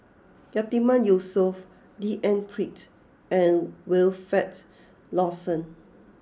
Yatiman Yusof D N Pritt and Wilfed Lawson